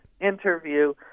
interview